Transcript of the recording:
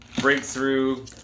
Breakthrough